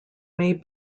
may